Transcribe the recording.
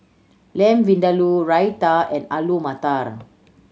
Lamb Vindaloo Raita and Alu Matar